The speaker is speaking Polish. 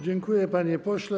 Dziękuję, panie pośle.